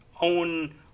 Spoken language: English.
own